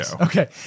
Okay